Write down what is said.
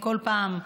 כל פעם,